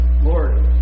Lord